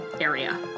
area